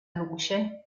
luce